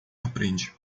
aprende